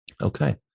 Okay